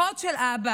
אחות של אבא,